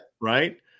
Right